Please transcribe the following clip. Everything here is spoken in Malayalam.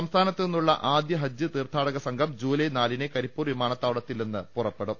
സംസ്ഥാനത്ത് നിന്നുള്ള ആദ്യ ഹജ്ജ് തീർത്ഥാടക സംഘം ജൂലൈ നാലിന് കരിപ്പൂർ വിമാനത്താവള ത്തിൽ നിന്ന് പുറപ്പെടും